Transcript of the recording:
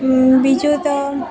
બીજું તો